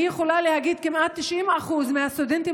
אני יכולה לומר שכמעט 90% מהסטודנטים